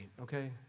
okay